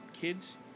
kids